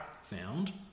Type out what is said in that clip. sound